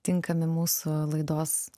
tinkami mūsų laidos